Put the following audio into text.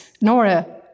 Nora